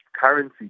currency